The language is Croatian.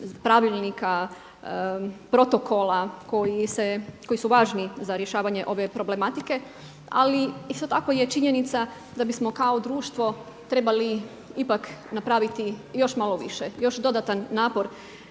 pravilnika, protokola koji se, koji su važni za rješavanje ove problematike. Ali isto tako je činjenica da bismo kao društvo trebali ipak napraviti još malo više, još dodatan napor.